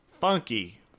Funky